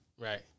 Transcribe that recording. right